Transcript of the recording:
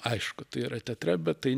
aišku tai yra teatre bet tai